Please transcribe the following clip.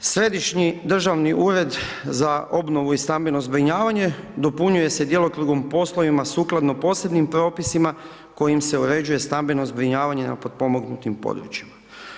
Središnji državni ured za obnovu i stambeno zbrinjavanje, dopunjuje se djelokrugom poslovima sukladno posebnim propisima, kojim se određuje stambeno zbrinjavanje na potpomognutim područjima.